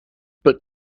but